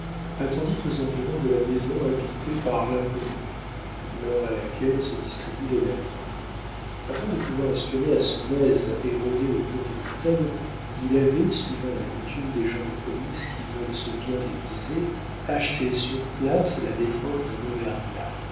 attendit aux environs de la maison habitée par l'inconnue l'heure à laquelle se distribuent les lettres afin de pouvoir espionner à son aise et rôder autour de l'hôtel il avait suivant la coutume des gens de police qui veulent se bien déguiser acheté sur place la défroque d'un auvergnat